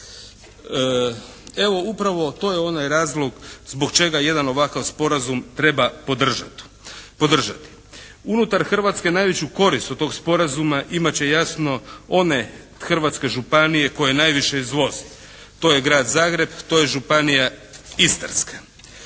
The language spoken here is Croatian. Evo upravo to je onaj razlog zbog čega jedan ovakav sporazum treba podržati. Unutar Hrvatske najveću korist od tog sporazuma imat će jasno one hrvatske županije koje najviše izvozi. To je Grad Zagreb. To je Županija istarska.